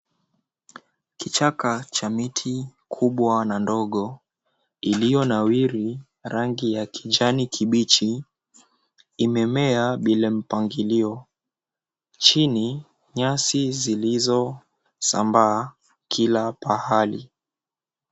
Kichaka cha miti kubwa na ndogo iliyo nawiri rangi ya kijani kibichi, imemea bila mpangilio. Chini nyasi zilizosambaa kila pahali.